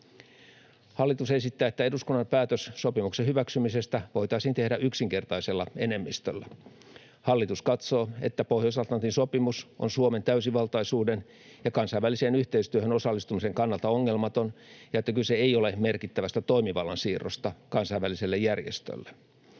Hallitus esittää, että eduskunnan päätös sopimuksen hyväksymisestä voitaisiin tehdä yksinkertaisella enemmistöllä. Hallitus katsoo, että Pohjois-Atlantin sopimus on Suomen täysivaltaisuuden ja kansainväliseen yhteistyöhön osallistumisen kannalta ongelmaton ja että kyse ei ole merkittävästä toimivallan siirrosta kansainväliselle järjestölle.